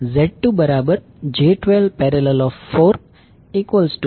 88 j3